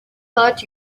hurt